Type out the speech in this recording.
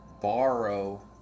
borrow